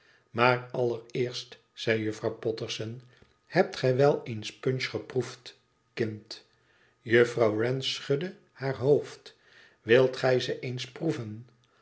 maar allereerst zei juffrouw potterson hebt gij wel eens punch geproefd kind juffrouw wren schudde haar hoofd wilt gij ze eens proeven